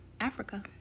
Africa